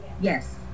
Yes